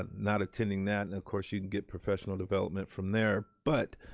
not attending that and of course you can get professional development from there but,